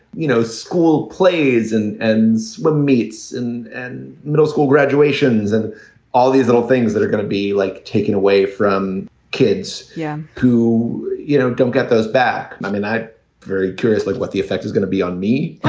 you know, school plays and and swim meets and middle school graduations and all these little things that are gonna be like taken away from kids yeah who you know don't get those back. i mean, i'm very curious, like what the effect is gonna be on me,